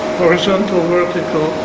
horizontal-vertical